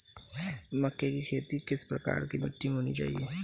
मक्के की खेती के लिए किस प्रकार की मिट्टी होनी चाहिए?